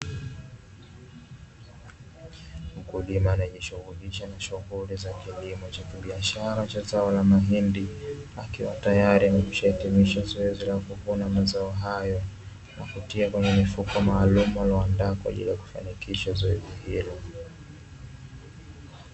Mkulima anayejishughulisha na shughuli za kilimo cha kibiashara cha zao la mahindi, akiwa tayari amekwisha hitimisha zoezi la kuvuna mazao hayo, na kutia kwenye mifuko maalumu aliyoiandaa kwa ajili ya kufanikisha zoezi hilo.